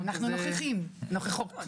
בזמן הקורונה,